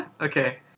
Okay